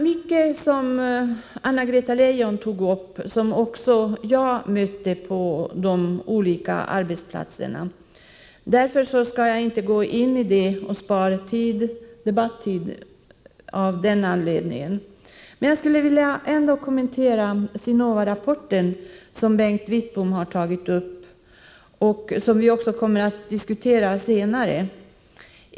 Mycket av det Anna-Greta Leijon nämnde har också jag mött på de olika arbetsplatserna, och jag skall därför inte förlänga debatten med att gå närmare in på det. Jag vill ändå något kommentera Sinova-rapporten, som Bengt Wittbom tagit upp och som vi också kommer att diskutera senare.